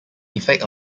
effect